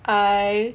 I